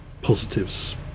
positives